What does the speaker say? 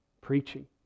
preaching